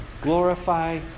Glorify